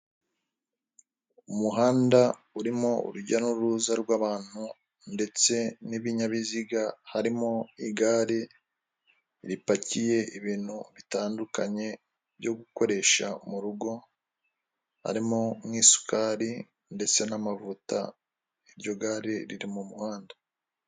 Umuhanda urimo urujya n'uruza rw'abantu, ndetse n'ibinyabiziga harimo igare ripakiye ibintu bitandukanye byo gukoresha mu rugo harimo nk'isukari, ndetse n'amavuta iryo gare riri mu muhanda.